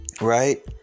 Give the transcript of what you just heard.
right